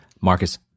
Marcus